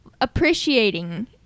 appreciating